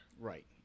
Right